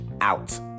out